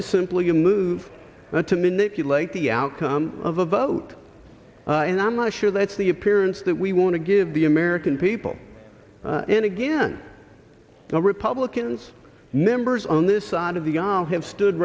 is simply a move to manipulate the outcome of a vote and i'm not sure that's the appearance that we want to give the american people and again the republicans members on this side of the aisle have stood